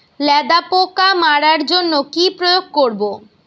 লেদা পোকা মারার জন্য কি প্রয়োগ করব?